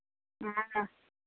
हँऽ